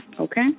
Okay